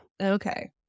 Okay